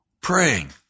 praying